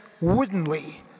woodenly